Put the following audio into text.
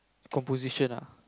composition ah